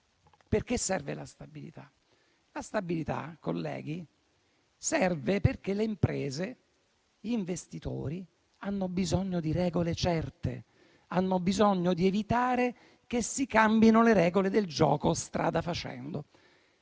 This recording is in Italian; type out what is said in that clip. a cosa serve la stabilità. La stabilità, colleghi, serve perché le imprese e gli investitori hanno bisogno di regole certe; hanno bisogno di evitare che si cambino le regole del gioco strada facendo.